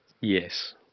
Yes